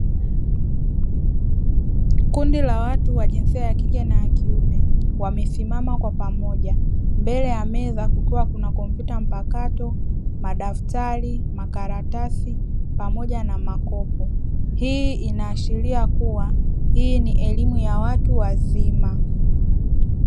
Kundi la watu wa jinsia ya kike na ya kiume wamesimama kwa pamoja mbele ya meza kukiwa na kompyuta mpakato, madaftari, makaratasi pamoja na makopo, hii inaashiria kuwa hii ni elimu ya watu wazima.